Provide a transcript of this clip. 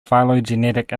phylogenetic